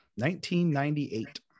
1998